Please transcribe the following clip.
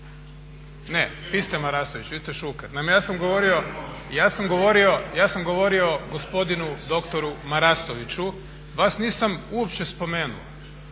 Ne, vi ste Marasović, vi ste Šuker. Naime, ja sam govorio gospodinu dr. Marasoviću, vas nisam uopće spomenuo